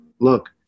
look